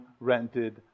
rented